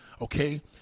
Okay